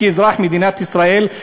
כאזרח מדינת ישראל,